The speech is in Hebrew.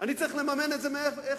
אני צריך לממן את זה איכשהו.